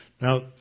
Now